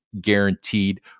guaranteed